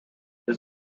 his